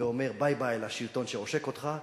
ואומר ביי-ביי לשלטון שעושק אותך,